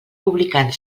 publicant